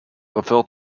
referred